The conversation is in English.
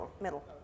middle